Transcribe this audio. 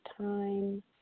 time